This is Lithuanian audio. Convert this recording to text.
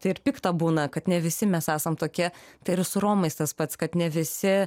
tai ir pikta būna kad ne visi mes esam tokie tai ir su romais tas pats kad ne visi